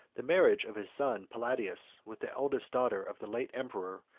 the marriage of his son paladius with the eldest daughter of the late emperor,